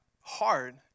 hard